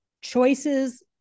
choices